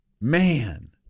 Man